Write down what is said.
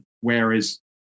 whereas